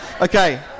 okay